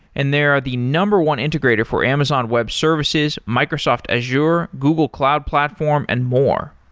and they are the number one integrator for amazon web services, microsoft azure, google cloud platform and more.